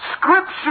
Scripture